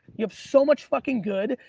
you have so much fucking good,